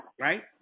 right